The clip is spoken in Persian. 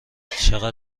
چقدر